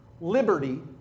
liberty